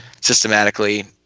systematically